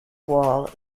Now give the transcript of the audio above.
wall